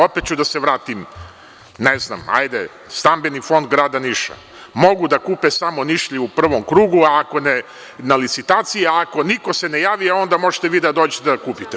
Opet ću da se vratim, ne znam, hajde stambeni fond Grada Niša, mogu da kupe samo Nišlije u prvom krugu, ako ne na licitaciji, ako se niko ne javi onda možete vi da dođete da kupite.